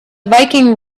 viking